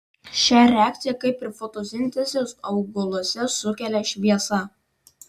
šią reakciją kaip ir fotosintezę augaluose sukelia šviesa